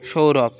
Sourav